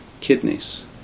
kidneys